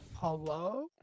Hello